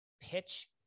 pitch